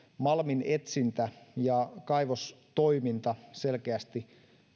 malminetsintä ja kaivostoiminta selkeästi